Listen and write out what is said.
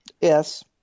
Yes